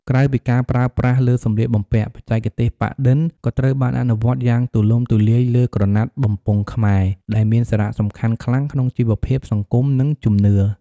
ក្រៅពីការប្រើប្រាស់លើសម្លៀកបំពាក់ បច្ចេកទេសប៉ាក់-ឌិន ក៏ត្រូវបានអនុវត្តយ៉ាងទូលំទូលាយលើ ក្រណាត់បំពង់ខ្មែរ ដែលមានសារៈសំខាន់ខ្លាំងក្នុងជីវភាពសង្គម និងជំនឿ។